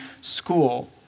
school